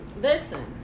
listen